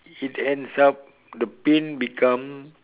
it ends up the pain become